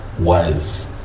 was,